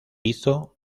hizo